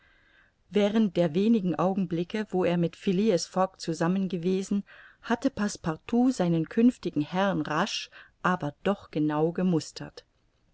während der wenigen augenblicke wo er mit phileas fogg zusammen gewesen hatte passepartout seinen künftigen herrn rasch aber doch genau gemustert